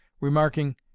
remarking